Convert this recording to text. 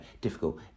difficult